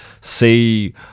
see